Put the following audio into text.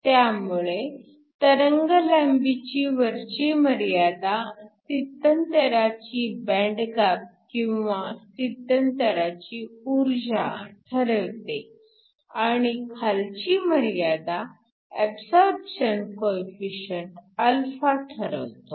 त्यामुळे तरंगलांबीची वरची मर्यादा स्थित्यंतराची बँड गॅप किंवा स्थित्यंतराची ऊर्जा ठरवते आणि खालची मर्यादा ऍबसॉरपशन कोएफिशिअंट α ठरवतो